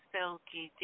Silky